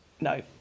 no